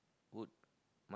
would